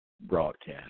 broadcast